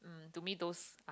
to me those are